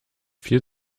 viel